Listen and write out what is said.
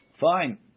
Fine